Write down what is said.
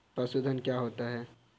पशुधन क्या होता है?